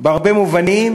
בהרבה מובנים